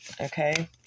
okay